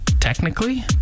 Technically